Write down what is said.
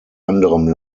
anderem